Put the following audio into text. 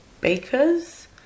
bakers